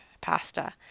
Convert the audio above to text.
pasta